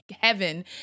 heaven